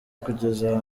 kugeza